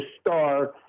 star